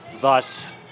thus